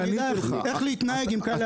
שאני אדע איך להתנהג עם כאלה אנשים.